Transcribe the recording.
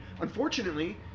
unfortunately